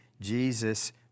Jesus